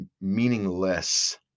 meaningless